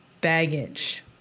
baggage